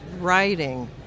writing